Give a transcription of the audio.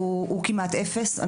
הוא כמעט אפסי,